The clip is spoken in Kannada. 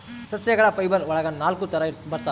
ಸಸ್ಯಗಳ ಫೈಬರ್ ಒಳಗ ನಾಲಕ್ಕು ತರ ಬರ್ತವೆ